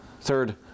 Third